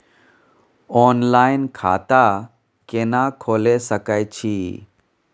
Online खाता केना खोले सकै छी?